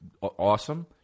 awesome